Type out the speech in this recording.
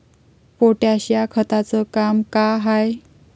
Potash या खताचं काम का हाय?